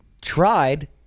tried